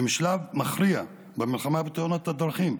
זה שלב מכריע במלחמה בתאונות הדרכים.